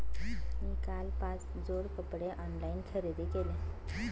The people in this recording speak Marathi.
मी काल पाच जोड कपडे ऑनलाइन खरेदी केले